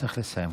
צריך לסיים.